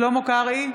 שלמה קרעי,